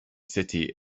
city